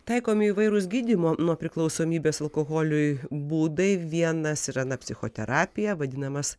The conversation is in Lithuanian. taikomi įvairūs gydymo nuo priklausomybės alkoholiui būdai vienas yra na psichoterapija vadinamas